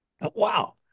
Wow